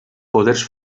poders